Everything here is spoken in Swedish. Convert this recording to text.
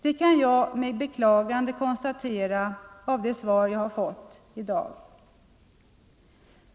Det kan jag med beklagande konstatera av det svar jag fått i dag.